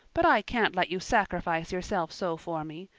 but i can't let you sacrifice yourself so for me.